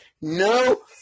no